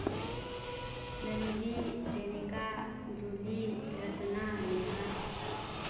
melody ꯗꯦꯅꯤꯀꯥ ꯖꯨꯂꯤ ꯔꯇꯅꯥ ꯅꯦꯍꯥ